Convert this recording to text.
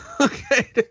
Okay